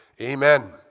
Amen